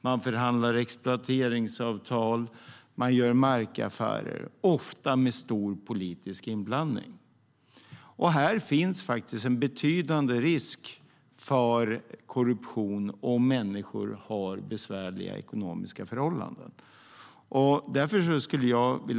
Man förhandlar exploateringsavtal och gör markaffärer, ofta med stor politisk inblandning. Här finns en betydande risk för korruption om människor har besvärliga ekonomiska förhållanden.